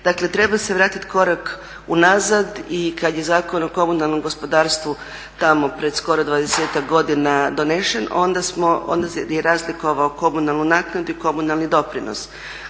Dakle treba se vratit korak unazad i kad je Zakon o komunalnom gospodarstvu tamo pred skoro 20-ak godina donesen onda je razlikovao komunalnu naknadu i komunalni doprinos.